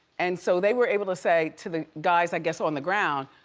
and so they were able to say to the guys, i guess, on the ground,